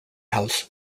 house